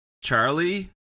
Charlie